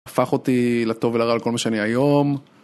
הפך אותי לטוב ולרע על כל מה שאני היום.